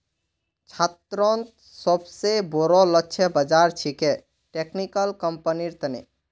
छात्रोंत सोबसे बोरो लक्ष्य बाज़ार छिके टेक्निकल कंपनिर तने